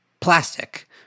plastic